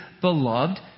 beloved